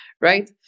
right